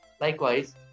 Likewise